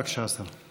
בבקשה, השר.